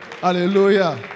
Hallelujah